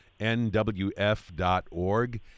nwf.org